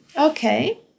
Okay